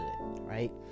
right